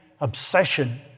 obsession